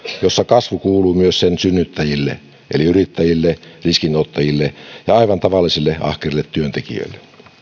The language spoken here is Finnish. jossa kasvu kuuluu myös sen synnyttäjille eli yrittäjille riskin ottajille ja aivan tavallisille ahkerille työntekijöille